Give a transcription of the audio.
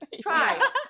Try